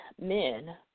men